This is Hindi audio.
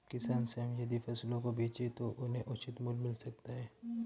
किसान स्वयं यदि फसलों को बेचे तो उन्हें उचित मूल्य मिल सकता है